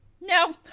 No